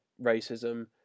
racism